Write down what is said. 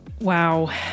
Wow